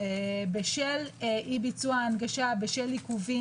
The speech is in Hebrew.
בשל אי ביצוע ההנגשה, בשל עיכובים.